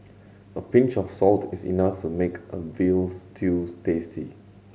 a pinch of salt is enough to make a veal stews tasty